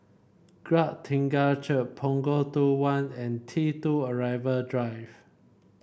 Glad Church Punggol two one and T two Arrival Drive